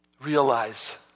realize